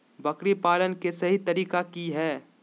बकरी पालन के सही तरीका की हय?